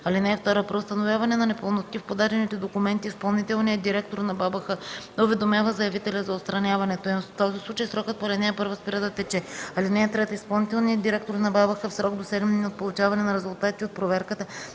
(2) При установяване на непълноти в подадените документи изпълнителният директор на БАБХ уведомява заявителя за отстраняването им. В този случай срокът по ал. 1 спира да тече. (3) Изпълнителният директор на БАБХ в срок до 7 дни от получаване на резултатите от проверката